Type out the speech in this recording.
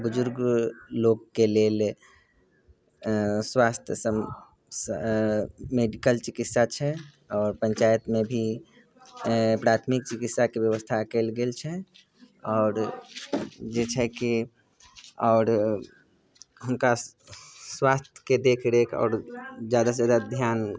बुजुर्ग लोकके लेल स्वास्थ्य सम्बन्धी मेडिकल चिकित्सा छै आओर पञ्चाइतमे भी प्राथमिक चिकित्साके बेबस्था कएल गेल छै आओर जे छै कि आओर हुनका स्वास्थ्यके देखरेख आओर ज्यादासँ ज्यादा धिआन